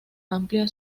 amplia